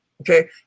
Okay